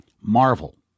marvel